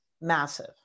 Massive